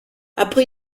après